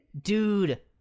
dude